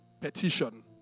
petition